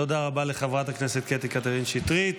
תודה רבה לחברת הכנסת קטי קטרין שטרית.